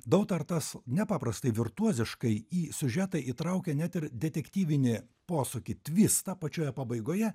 dautartas nepaprastai virtuoziškai į siužetą įtraukia net ir detektyvinį posūkį tvistą pačioje pabaigoje